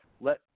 let